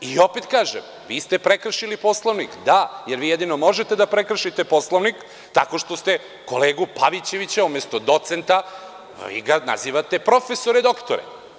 Opet kažem, vi ste prekršili Poslovnik, da, jer vi jedino možete da prekršite Poslovnik, tako što kolegu Pavićevića umesto docenta, vi ga nazivate - profesore doktore.